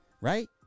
right